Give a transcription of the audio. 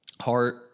heart